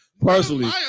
personally